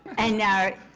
and now